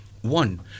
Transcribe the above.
One